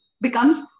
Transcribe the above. becomes